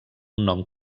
nom